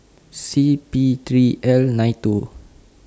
C P three L nine two